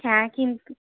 হ্যাঁ কিন্তু